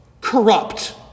corrupt